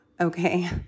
okay